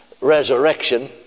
resurrection